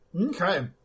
Okay